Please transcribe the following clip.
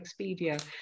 Expedia